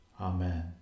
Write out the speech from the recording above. Amen